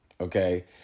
Okay